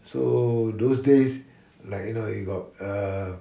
so those days like you know you got err